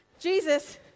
Jesus